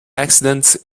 accidents